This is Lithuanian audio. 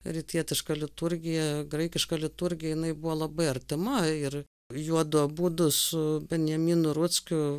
rytietišką liturgiją graikišką liturgiją jinai buvo labai artima ir juodu abudu su benjaminu ruckiu